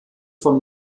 von